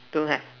don't have